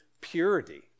purity